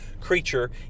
creature